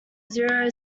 zero